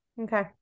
okay